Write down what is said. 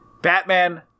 Batman